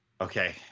okay